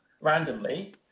randomly